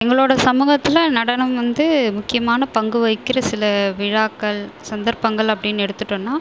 எங்களோட சமூகத்தில் நடனம் வந்து முக்கியமான பங்குவகிக்கிற சில விழாக்கள் சந்தர்ப்பங்கள் அப்படினு எடுத்துகிட்டோனா